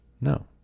no